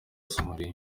somalia